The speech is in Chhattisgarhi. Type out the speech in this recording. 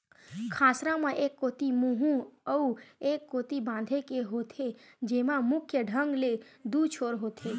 कांसरा म एक कोती मुहूँ अउ ए कोती बांधे के होथे, जेमा मुख्य ढंग ले दू छोर होथे